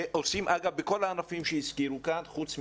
שעושים, אגב, בכל הענפים שהזכירו כאן חוץ משייט.